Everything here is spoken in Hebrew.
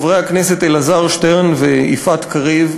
חברי הכנסת אלעזר שטרן ויפעת קריב.